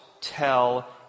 tell